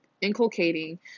inculcating